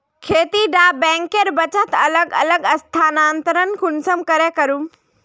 खेती डा बैंकेर बचत अलग अलग स्थानंतरण कुंसम करे करूम?